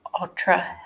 ultra